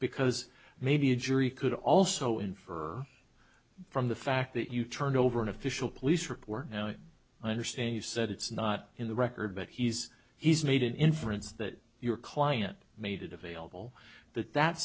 because maybe a jury could also in for from the fact that you turn over an official police report and i understand you said it's not in the record but he's he's needed inference that your client made it available that that's